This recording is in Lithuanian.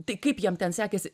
tai kaip jam ten sekėsi